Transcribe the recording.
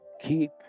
Keep